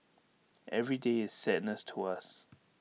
every day is sadness to us